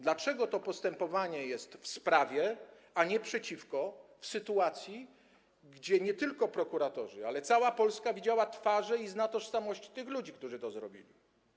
Dlaczego to postępowanie jest w sprawie, a nie przeciwko, w sytuacji gdy nie tylko prokuratorzy, ale też cała Polska widziała twarze i zna tożsamość ludzi, którzy to zrobili?